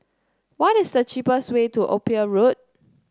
what is the cheapest way to Ophir Road